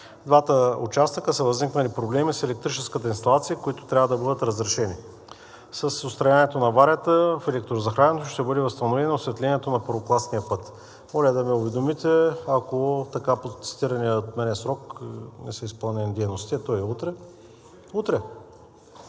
двата участъка са възникнали проблеми с електрическата инсталация, които трябва да бъдат разрешени. С отстраняването на аварията в електрозахранването ще бъде възстановено и осветлението на първокласния път. Моля да ме уведомите, ако по така цитирания от мен срок не са изпълнени дейности, а то е утре.